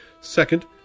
Second